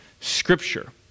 Scripture